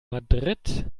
madrid